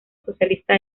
socialista